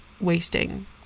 wasting